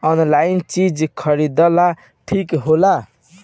Online चीज खरीदल ठिक होला?